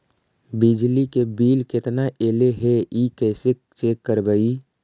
बिजली के बिल केतना ऐले हे इ कैसे चेक करबइ?